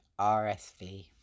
RSV